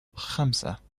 خمسة